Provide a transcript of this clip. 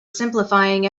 simplifying